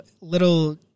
little